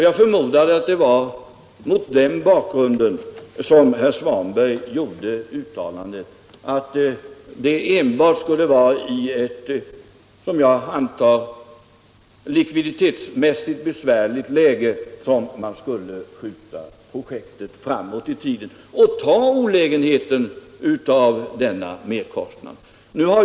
Jag förmodar att det var mot den bakgrunden som herr Svanberg gjorde uttalandet och att det enbart skulle vara i ett likviditetsmässigt besvärligt läge som projektet skulle skjutas framåt i tiden med olägenheterna av denna merkostnad som följd.